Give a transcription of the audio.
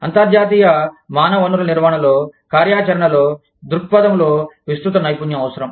అంతర్జాతీయ మానవ వనరుల నిర్వహణలో కార్యాచరణలో దృక్పథంలో విస్తృత నైపుణ్యం అవసరం